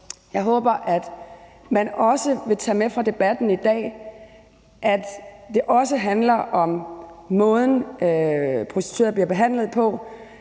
Jeg håber, at man også vil tage med fra debatten i dag, at det også handler om måden, prostituerede bliver behandlet på,